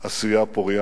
עשייה פורייה.